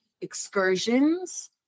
excursions